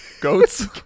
Goats